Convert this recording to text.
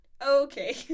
okay